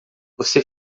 você